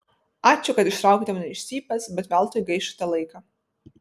ačiū kad ištraukėte mane iš cypės bet veltui gaišote laiką